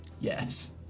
Yes